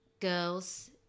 girls